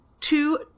two